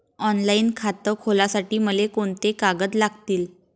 Online खातं खोलासाठी मले कोंते कागद लागतील?